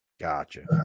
gotcha